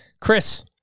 Chris